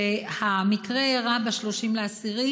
שהמקרה אירע ב-30 באוקטובר,